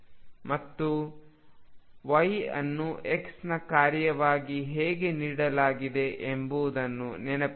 ಮತ್ತು Y ಅನ್ನು X ನ ಕಾರ್ಯವಾಗಿ ಹೇಗೆ ನೀಡಲಾಗಿದೆ ಎಂಬುದನ್ನು ನೆನಪಿಡಿ